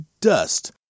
dust